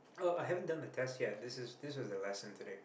uh I haven't done the test yet this is this was the lesson today